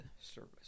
service